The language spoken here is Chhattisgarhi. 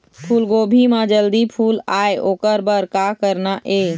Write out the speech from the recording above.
फूलगोभी म जल्दी फूल आय ओकर बर का करना ये?